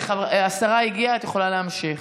השרה הגיעה, את יכולה להמשיך.